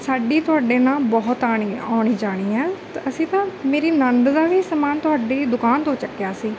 ਸਾਡੀ ਤੁਹਾਡੇ ਨਾਲ ਬਹੁਤ ਆਉਣੀ ਆਉਣੀ ਜਾਣੀ ਆ ਤਾਂ ਅਸੀਂ ਤਾਂ ਮੇਰੀ ਨਣਦ ਦਾ ਵੀ ਸਮਾਨ ਤੁਹਾਡੀ ਦੁਕਾਨ ਤੋਂ ਚੱਕਿਆ ਸੀ